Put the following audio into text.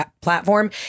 platform